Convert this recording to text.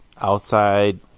outside